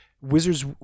Wizards